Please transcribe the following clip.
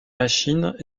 machines